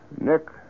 Nick